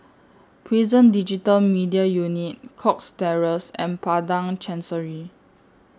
Prison Digital Media Unit Cox Terrace and Padang Chancery